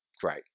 great